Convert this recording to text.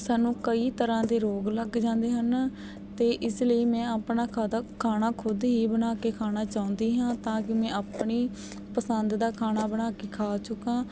ਸਾਨੂੰ ਕਈ ਤਰ੍ਹਾਂ ਦੇ ਰੋਗ ਲੱਗ ਜਾਂਦੇ ਹਨ ਅਤੇ ਇਸ ਲਈ ਮੈਂ ਆਪਣਾ ਖਾਧਾ ਖਾਣਾ ਖੁਦ ਹੀ ਬਣਾ ਕੇ ਖਾਣਾ ਚਾਹੁੰਦੀ ਹਾਂ ਤਾਂ ਕਿ ਮੈਂ ਆਪਣੀ ਪਸੰਦ ਦਾ ਖਾਣਾ ਬਣਾ ਕੇ ਖਾ ਚੁੱਕਾਂ